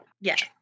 Yes